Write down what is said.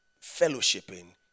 fellowshipping